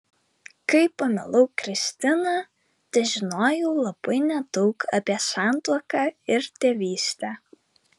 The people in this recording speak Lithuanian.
kai pamilau kristiną težinojau labai nedaug apie santuoką ir tėvystę